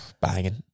Banging